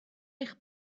eich